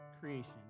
creation